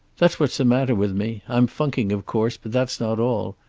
that's what's the matter with me. i'm funking, of course, but that's not all.